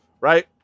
right